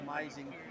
amazing